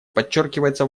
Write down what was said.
подчеркивается